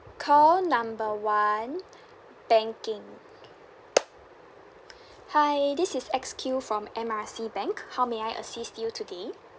call number one banking hi this is X Q from M R C bank how may I assist you today